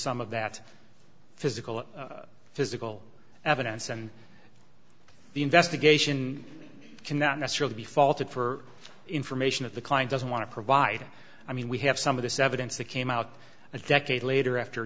some of that physical physical evidence and the investigation cannot necessarily be faulted for information of the client doesn't want to provide i mean we have some of this evidence that came out a decade later after